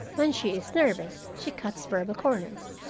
when she is nervous she cuts verbal corners.